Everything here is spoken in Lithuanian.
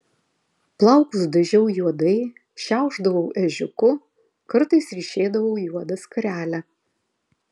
plaukus dažiau juodai šiaušdavau ežiuku kartais ryšėdavau juodą skarelę